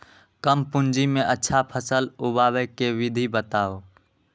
कम पूंजी में अच्छा फसल उगाबे के विधि बताउ?